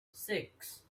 six